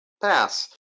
Pass